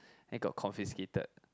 and got confiscated